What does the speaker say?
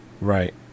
Right